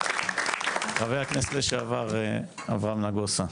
חבר הכנסת לשעבר אברהם נגוסה.